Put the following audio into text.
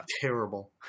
terrible